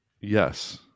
Yes